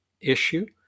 issue